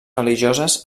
religioses